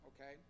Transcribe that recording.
okay